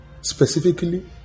specifically